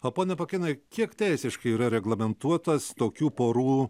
o pone pakėnai kiek teisiškai yra reglamentuotas tokių porų